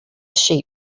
sheep